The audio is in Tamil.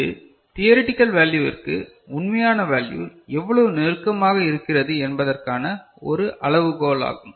இது தியரட்டிகள் வேல்யுவிற்கு உண்மையான வேல்யு எவ்வளவு நெருக்கமாக இருக்கிறது என்பதற்கான ஒரு அளவுகோலாகும்